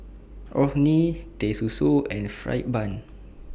Orh Nee Teh Susu and Fried Bun